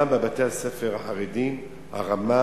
גם בבתי-הספר החרדיים הרמה